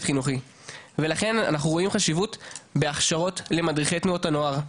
חינוכי ולכן אנחנו רואים חשיבות בהכשרות למדריכי תנועות הנוער,